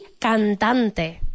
cantante